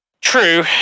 true